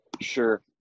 Sure